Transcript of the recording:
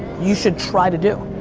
you should try to do.